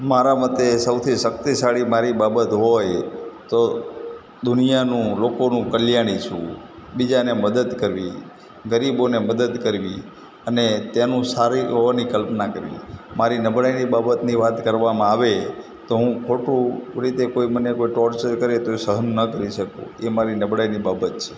મારા મતે સૌથી શક્તિશાળી મારી બાબત હોય તો દુનિયાનું લોકોનું કલ્યાણ ઈચ્છવું બીજાને મદદ કરવી ગરીબોને મદદ કરવી અને તેનું સારું હોવાની કલ્પના કરવી મારી નબળાઈની બાબતની વાત કરવામાં આવે તો હું ખોટું રીતે કોઈ મને ટોર્ચર કરે તો એ સહન ન કરી શકું એ મારી નબળાઈની બાબત છે